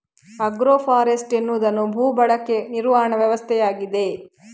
agro forestry ಎನ್ನುವುದು ಭೂ ಬಳಕೆ ನಿರ್ವಹಣಾ ವ್ಯವಸ್ಥೆಯಾಗಿದೆ